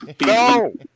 No